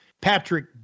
Patrick